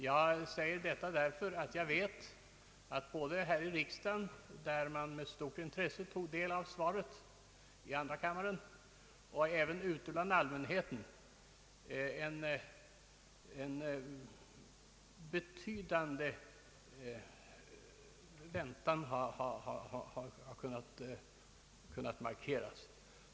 Jag säger detta därför att jag vet att både här i riksdagen, där man med stort intresse tog del av svaret i andra kammaren, och även bland allmänheten en betydande oro har kunnat märkas på grund av denna försening.